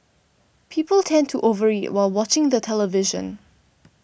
people tend to over eat while watching the television